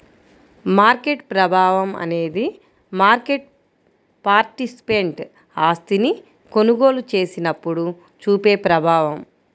market ప్రభావం అనేది market participant ఆస్తిని కొనుగోలు చేసినప్పుడు చూపే ప్రభావం